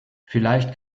vielleicht